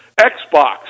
Xbox